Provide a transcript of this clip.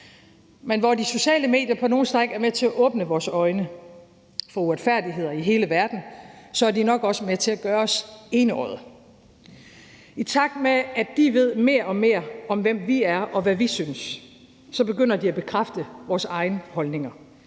Men hvor de sociale medier på nogle stræk er med til at åbne vores øjne for uretfærdigheder i hele verden, er de nok også med til at gøre os enøjede. I takt med at de ved mere og mere om, hvem vi er, og hvad vi synes, begynder de at bekræfte vores egne holdninger.